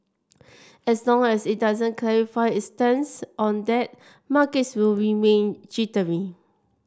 as long as it doesn't clarify its stance on that markets will remain jittery